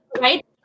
Right